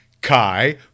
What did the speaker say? Kai